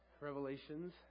Revelations